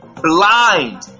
blind